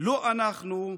לא אנחנו,